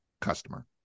customer